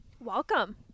Welcome